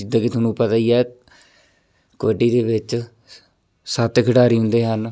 ਜਿੱਦਾਂ ਕਿ ਤੁਹਾਨੂੰ ਪਤਾ ਹੀ ਹੈ ਕਬੱਡੀ ਦੇ ਵਿੱਚ ਸੱਤ ਖਿਡਾਰੀ ਹੁੰਦੇ ਹਨ